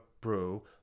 bro